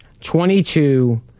twenty-two